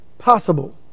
possible